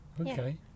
okay